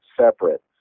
separate